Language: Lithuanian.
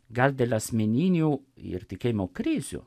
gal dėl asmeninių ir tikėjimo krizių